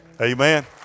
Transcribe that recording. Amen